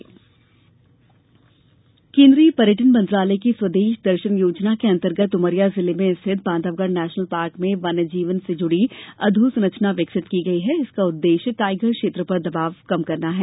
स्वदेश दर्शन केंद्रीय पर्यटन मंत्रालय की स्वदेश दर्शन योजना के अंतर्गत उमरिया जिले मे स्थित बांधवगढ़ नेशनल पार्क मे वन्य जीवन से जुड़ी अधोसंरचना विकसित की गई है इसका उद्देश्य टाइगर क्षेत्र पर दवाब कम करना है